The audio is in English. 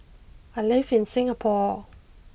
I live in Singapore